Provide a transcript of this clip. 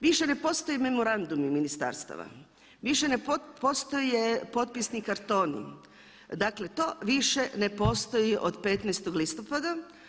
Više ne postoje memorandumi ministarstava, više ne postoje potpisni kartoni, dakle to više ne postoji od 15. listopada.